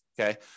okay